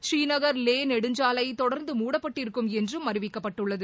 பூரீநகர் லே நெடுஞ்சாலை தொடர்ந்து மூடப்பட்டிருக்கும் என்றும் அறிவிக்கப்பட்டுள்ளது